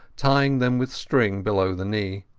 tying them with string below the knee.